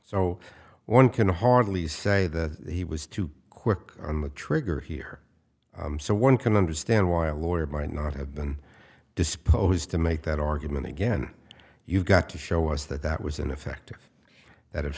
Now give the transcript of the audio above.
so one can hardly say that he was too quick on the trigger here so one can understand why a lawyer might not have been disposed to make that argument again you've got to show us that that was ineffective that